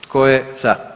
Tko je za?